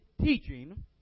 teaching